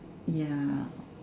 ya